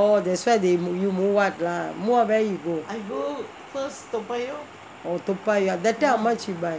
oh that's why you moved out lah move out where you go oh toa payoh that time how much you buy